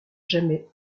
jamais